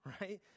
right